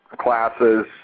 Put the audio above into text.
classes